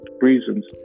reasons